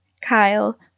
Kyle